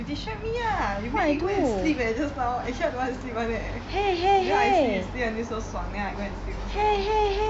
you distract me ah you make me go and sleep eh just now actually I don't want to go and sleep [one] leh then I see you sleep until so 爽 then I go and sleep also